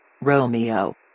romeo